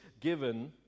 given